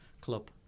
Club